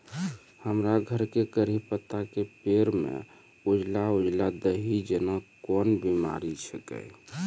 हमरो घर के कढ़ी पत्ता के पेड़ म उजला उजला दही जेना कोन बिमारी छेकै?